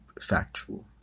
factual